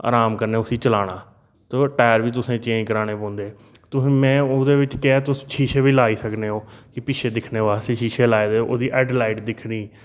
आराम कन्नै उसी चलाना ते टैर बी तुसें चेंज कराने पौंदे तुस मैं ओह्दे बिच्च केह् ऐ तुस शीशे बी लाई सकने ओ कि पिच्छे दिक्खने वास्तै शीशे लाए दे ओह्दी हेडलाइट दिक्खनी